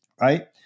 right